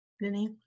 Vinny